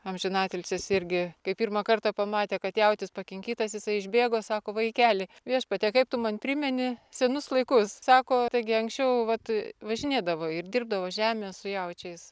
amžinatilsis irgi kai pirmą kartą pamatė kad jautis pakinkytas jisai išbėgo sako vaikeli viešpatie kaip tu man primini senus laikus sako taigi anksčiau vat važinėdavo ir dirbdavo žemę su jaučiais